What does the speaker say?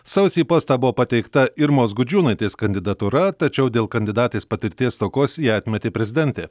sausį į postą buvo pateikta irmos gudžiūnaitės kandidatūra tačiau dėl kandidatės patirties stokos ją atmetė prezidentė